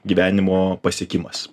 gyvenimo pasiekimas